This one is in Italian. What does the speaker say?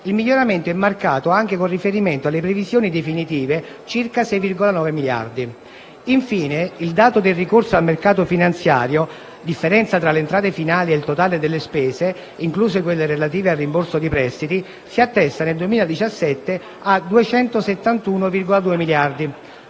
Il miglioramento è marcato anche con riferimento alle previsioni definitive (circa 6,9 miliardi). Infine, il dato del ricorso al mercato finanziario (differenza tra le entrate finali e il totale delle spese, incluse quelle relative al rimborso di prestiti) si attesta nel 2017 a 271,2 miliardi